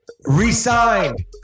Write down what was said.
re-signed